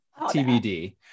TBD